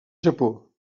japó